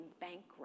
bankrupt